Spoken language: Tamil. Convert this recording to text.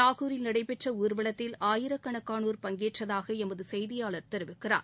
நாகூரில் நடைபெற்ற ஊர்வலத்தில் ஆயிரக்கணக்கானோர் பங்கேற்றதாக எமது செய்தியாளர் தெரிவிக்கிறார்